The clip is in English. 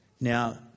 Now